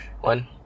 One